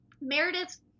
Meredith